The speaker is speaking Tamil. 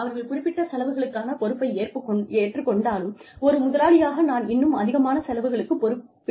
அவர்கள் குறிப்பிட்ட செலவுகளுக்கான பொறுப்பை ஏற்றுக் கொண்டாலும் ஒரு முதலாளியாக நான் இன்னும் அதிகமான செலவுகளுக்கு பொறுப்பேற்பேன்